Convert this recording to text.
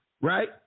right